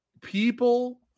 people